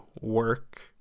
work